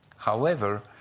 however,